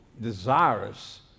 desirous